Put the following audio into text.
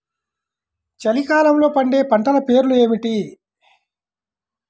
చలికాలంలో పండే పంటల పేర్లు ఏమిటీ?